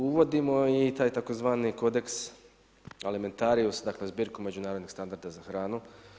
Uvodimo i taj tzv. kodeks alimentarius dakle, zbirku međunarodnih standarda za hranu.